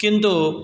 किन्तु